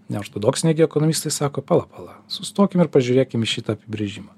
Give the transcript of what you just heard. neortodoksiniai gi ekonomistai sako pala pala sustokim ir pažiūrėkim į šitą apibrėžimą